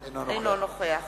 אינו נוכח